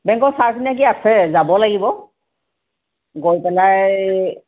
বেংকৰ চাৰ্জনে কি আছে যাব লাগিব গৈ পেলাই